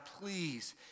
please